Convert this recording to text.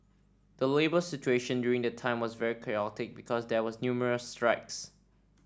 the labour situation during the time was very chaotic because there were numerous strikes